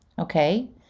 Okay